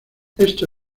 esto